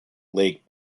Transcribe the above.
lake